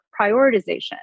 prioritization